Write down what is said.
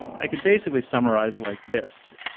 i can basically summarize like this.